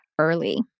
early